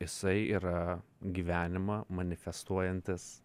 jisai yra gyvenimą manifestuojantis